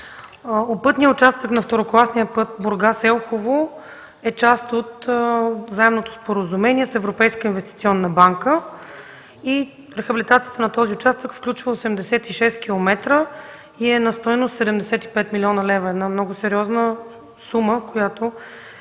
Пътният участък на второкласния път Бургас – Елхово е част от заемното споразумение с Европейската инвестиционна банка. Рехабилитацията на този участък включва 86 км и е на стойност 75 млн. лв. – много сериозна сума,